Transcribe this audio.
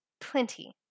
plenty